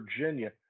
Virginia